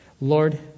Lord